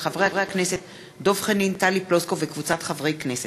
של חברות הכנסת טלי פלוסקוב ותמר זנדברג,